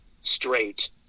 straight